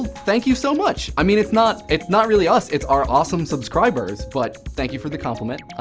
thank you so much. i mean, it's not it's not really us. it's our awesome subscribers. but thank you for the compliment.